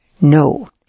No